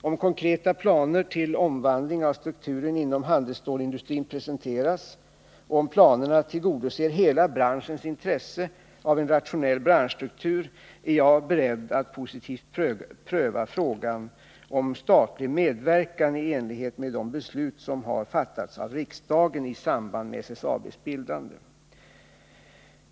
Om konkreta planer till omvandling av strukturen inom handelsstålsindustrin presenteras och om planerna tillgodoser hela branschens intresse av en rationell branschstruktur, är jag beredd att positivt pröva frågan om statlig medverkan i enlighet med de beslut som har fattats av riksdagen i samband med SSAB:s bildande.